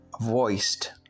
voiced